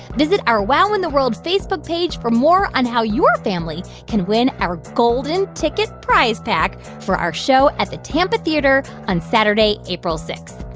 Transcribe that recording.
visit our wow in the world facebook page for more on how your family can win our golden ticket prize pack for our show at the tampa theater on saturday, april six.